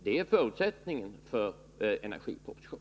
Det är en förutsättning i energipropositionen.